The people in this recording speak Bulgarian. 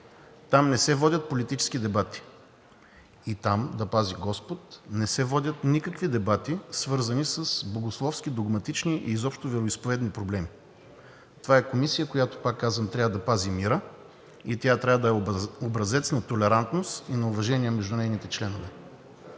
там не се водят политически дебати. Там, да пази господ, не се водят никакви дебати, свързани с богословски, догматични и изобщо вероизповедни проблеми. Това е Комисия, която, пак казвам, трябва да пази мира и трябва да е образец на толерантност и на уважение между нейните членове.